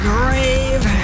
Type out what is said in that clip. Grave